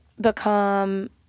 become